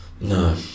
no